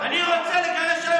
אני רוצה לגרש היום משפחות.